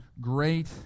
great